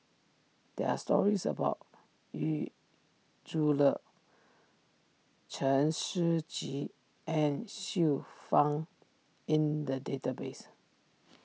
there are stories about Yu Zhule Chen Shiji and Xiu Fang in the database